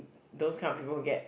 those kind of people who get